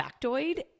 factoid